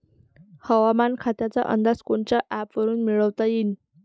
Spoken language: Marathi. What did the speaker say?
हवामान खात्याचा अंदाज कोनच्या ॲपवरुन मिळवता येईन?